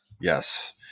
yes